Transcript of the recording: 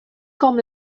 com